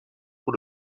pour